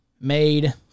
made